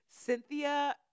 Cynthia